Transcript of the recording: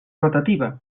rotativa